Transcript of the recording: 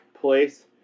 place